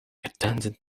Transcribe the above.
attended